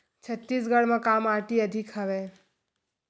छत्तीसगढ़ म का माटी अधिक हवे?